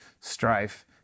strife